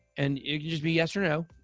and it could just be yes or no.